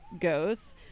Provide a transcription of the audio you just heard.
goes